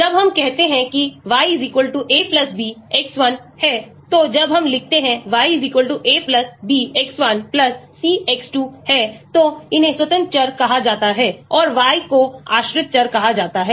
जब हम कहते हैं कि y a b X1 है तो जब हम लिखते हैं y a b x1 c x2 है तो इन्हें स्वतंत्र चर कहा जाता है और y को आश्रित चर कहा जाता है